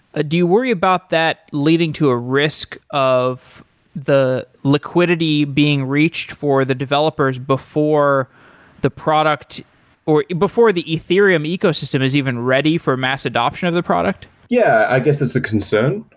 ah do you worry about that leading to a risk of the liquidity being reached for the developers before the product or before the ethereum ecosystem is even ready for mass adoption of the product? yeah, i guess it's a concern.